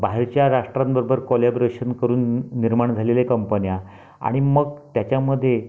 बाहेरच्या राष्ट्रांबरोबर कोलॅबोरेशन करून निर्माण झालेल्या कंपन्या आणि मग त्याच्यामध्ये